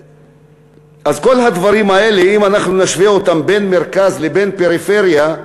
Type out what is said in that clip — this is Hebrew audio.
כל הדברים האלה, אם נשווה בהם את המרכז לפריפריה,